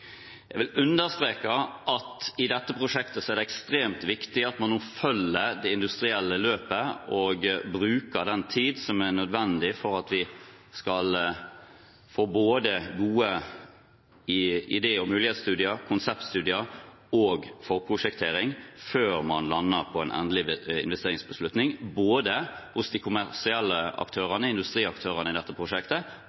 Jeg vil understreke at i dette prosjektet er det ekstremt viktig at man følger det industrielle løpet og bruker den tiden som er nødvendig for at vi skal få både gode idé- og mulighetsstudier, konseptstudier og forprosjektering, før man lander på en endelig investeringsbeslutning, både hos de kommersielle